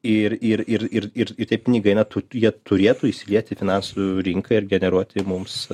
ir ir ir ir ir tie pinigai na jie turėtų įsiliet į finansų rinką ir generuoti mums